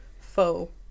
faux